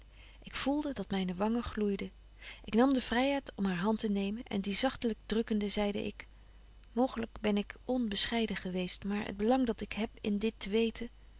ik voelde dat myne wangen gloeiden ik nam de vryheid om haar hand te nemen en die zagtelyk drukkende zeide ik mooglyk ben ik onbescheiden geweest maar het belang dat ik heb in dit te weten